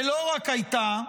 ולא רק הייתה,